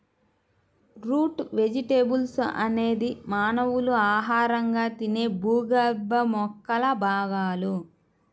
route vegetables అనేది మానవులు ఆహారంగా తినే భూగర్భ మొక్కల భాగాలు